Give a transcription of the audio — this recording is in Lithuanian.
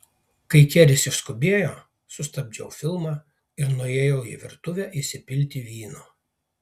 kai keris išskubėjo sustabdžiau filmą ir nuėjau į virtuvę įsipilti vyno